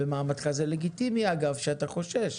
זה לגיטימי, אגב, שאתה חושש.